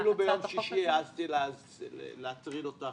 אמרנו שתהיה התייחסות בהמשך.